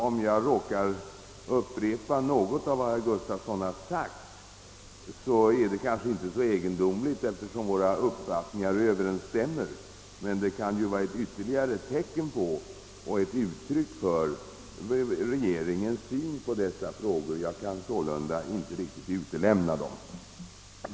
Om jag råkar upprepa något av vad herr Gustafson sagt är det kanske inte så egendomligt eftersom våra uppfattningar Ööverensstämmer, men det kan gälla som ett ytterligare uttryck för regeringens syn på frågorna. Jag kan således inte helt utelämna dessa synpunkter.